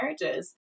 marriages